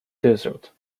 desert